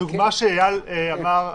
הדוגמה שאיל אמר,